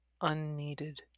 unneeded